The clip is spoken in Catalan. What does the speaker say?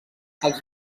els